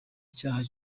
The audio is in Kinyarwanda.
icyaha